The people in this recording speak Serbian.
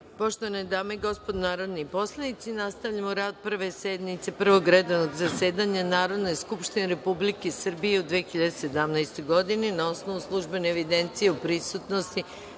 Poštovane dame i gospodo narodni poslanici, nastavljamo rad Prve sednice Prvog redovnog zasedanja Narodne skupštine Republike Srbije u 2017. godini. Na osnovu službene evidencije o prisutnosti